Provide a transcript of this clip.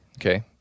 okay